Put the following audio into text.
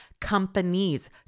companies